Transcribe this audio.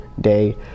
day